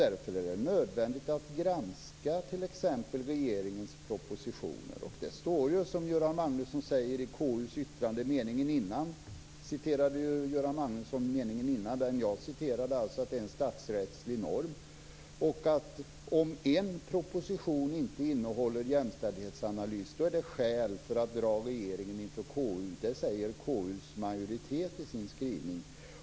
Därför är det nödvändigt att granska t.ex. regeringens propositioner. Det här står ju, som Göran Magnusson säger, i KU:s yttrande. Göran Magnusson citerade ju meningen innan den jag citerade, alltså att det är en statsrättslig norm och att om en proposition inte innehåller någon jämställdhetsanalys är det ett skäl att dra regeringen inför KU. Det säger KU:s majoritet i sin skrivning.